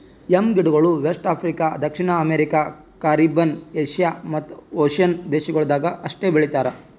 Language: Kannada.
ಯಂ ಗಿಡಗೊಳ್ ವೆಸ್ಟ್ ಆಫ್ರಿಕಾ, ದಕ್ಷಿಣ ಅಮೇರಿಕ, ಕಾರಿಬ್ಬೀನ್, ಏಷ್ಯಾ ಮತ್ತ್ ಓಷನ್ನ ದೇಶಗೊಳ್ದಾಗ್ ಅಷ್ಟೆ ಬೆಳಿತಾರ್